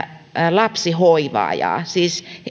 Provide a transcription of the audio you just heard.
lapsihoivaajaa siis